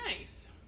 Nice